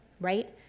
right